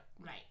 Right